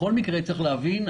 בכל מקרה צריך להבין,